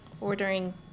ordering